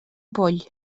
poll